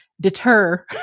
deter